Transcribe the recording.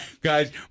Guys